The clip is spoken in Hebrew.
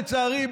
לצערי,